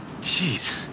Jeez